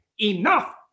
enough